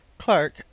Clark